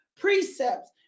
precepts